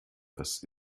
das